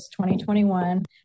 2021